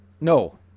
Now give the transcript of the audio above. no